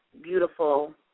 beautiful